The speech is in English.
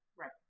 Right